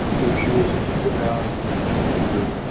ah brochures that you put out and your